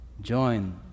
join